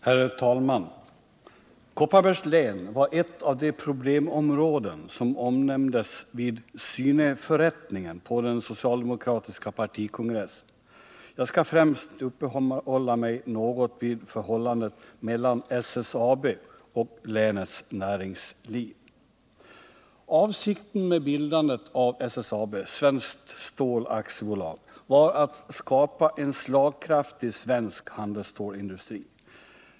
Herr talman! Kopparbergs län var ett av de problemområden som omnämndes vid ”syneförrättningen” på den socialdemokratiska partikongressen. Jag skall främst uppehålla mig något vid förhållandet mellan SSAB och länets näringsliv. Avsikten med bildandet av Svenskt Stål AB var att skapa en slagkraftig svensk handelsstålsindustri.